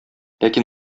ләкин